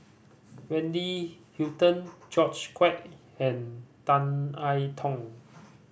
Wendy Hutton George Quek and Tan I Tong